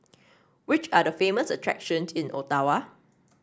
which are the famous attractions in Ottawa